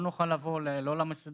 לא נוכל לבוא לא למסעדנים,